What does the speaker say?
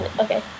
okay